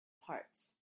parts